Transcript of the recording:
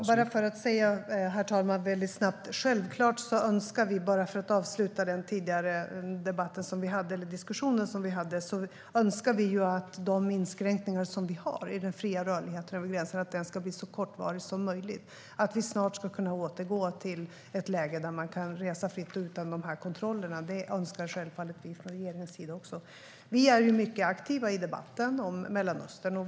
Herr talman! Låt mig få avsluta den tidigare diskussionen vi hade. Vi önskar att de inskränkningar som finns i den fria rörligheten över gränserna ska bli så kortvariga som möjligt och att vi snart kan återgå till ett läge där man kan resa fritt utan kontroller. Det önskar självfallet regeringen också. Sverige är mycket aktivt i debatten om Mellanöstern.